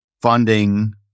funding